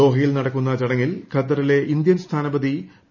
ദോഹയിൽ നടക്കുന്ന ചടങ്ങിൽ ഖത്തറിലെ ഇന്ത്യൻ സ്ഥാനപതി പി